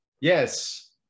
Yes